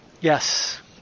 Yes